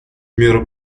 меры